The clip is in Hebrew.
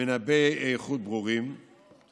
מנבאים ברורים של איכות.